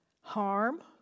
harm